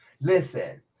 Listen